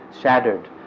shattered